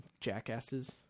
jackasses